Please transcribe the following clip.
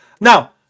now